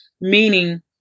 Meaning